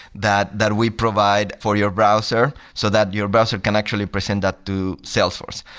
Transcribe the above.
that that we provide for your browser so that your browser can actually present that to salesforce.